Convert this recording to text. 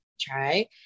try